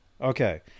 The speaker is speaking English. Okay